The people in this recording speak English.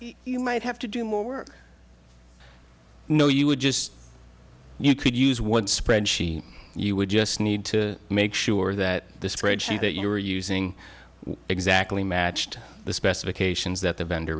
it you might have to do more work no you would just you could use one spreadsheet you would just need to make sure that the spreadsheet that you were using exactly matched the specifications that the vend